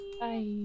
Bye